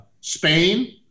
Spain